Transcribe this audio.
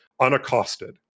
unaccosted